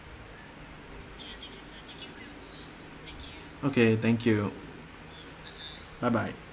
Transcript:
okay thank you bye bye